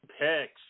picks